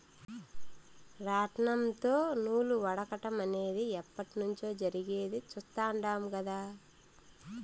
రాట్నంతో నూలు వడకటం అనేది ఎప్పట్నుంచో జరిగేది చుస్తాండం కదా